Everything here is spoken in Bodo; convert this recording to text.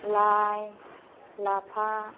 लाइ लाफा